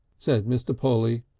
said mr. polly,